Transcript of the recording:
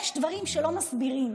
יש דברים שלא מסבירים.